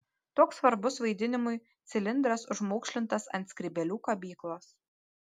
toks svarbus vaidinimui cilindras užmaukšlintas ant skrybėlių kabyklos